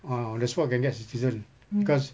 ah that's why can get citizen because